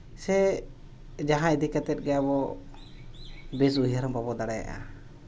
ᱥᱮ ᱡᱟᱦᱟᱸ ᱤᱫᱤ ᱠᱟᱛᱮ ᱜᱮ ᱟᱵᱚ ᱵᱮᱥ ᱩᱭᱦᱟᱹᱨ ᱦᱚᱸ ᱵᱟᱵᱚ ᱫᱟᱲᱮᱭᱟᱜᱼᱟ